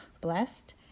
blessed